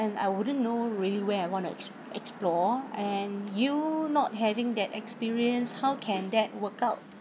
and I wouldn't know really where I want to ex~ explore and you not having that experience how can that workout